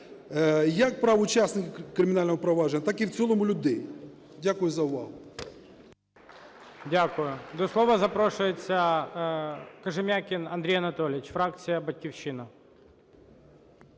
як прав учасників кримінального провадження, так і в цілому людей. Дякую за увагу.